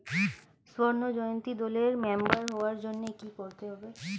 স্বর্ণ জয়ন্তী দলের মেম্বার হওয়ার জন্য কি করতে হবে?